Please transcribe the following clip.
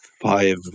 five